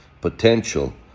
potential